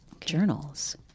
journals